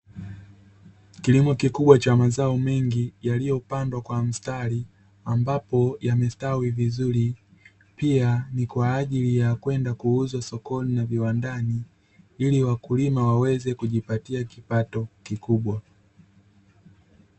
Kilimo kikubwa cha mazao mengi yaliyopandwa kwa mstari ambapo yamestawi vizuri, pia ni kwa ajili ya kwenda kuuza sokoni na viwandani ili wakulima waweze kujipatia kipato kikubwa.